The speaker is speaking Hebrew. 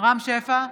רם שפע,